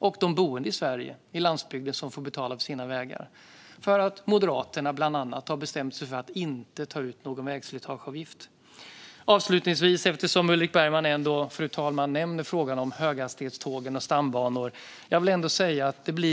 och de boende i Sverige, på landsbygden, som betalar för vägarna eftersom Moderaterna, bland annat, har bestämt sig för att det inte ska tas ut någon vägslitageavgift. Fru talman! Avslutningsvis ska jag säga något om höghastighetståg och stambanor, eftersom Ulrik Bergman nämner den frågan.